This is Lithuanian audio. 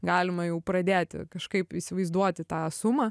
galima jau pradėti kažkaip įsivaizduoti tą sumą